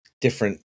different